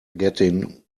getting